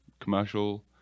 commercial